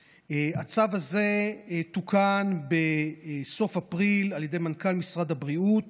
הצו הזה תוקן בסוף אפריל על ידי מנכ"ל משרד הבריאות